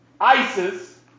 Isis